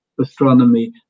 astronomy